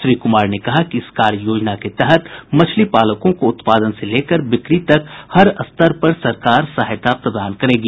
श्री कुमार ने कहा कि इस कार्ययोजना के तहत मछली पालकों को उत्पादन से लेकर बिक्री तक हर स्तर पर सरकार सहायता प्रदान करेगी